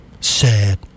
sad